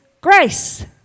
grace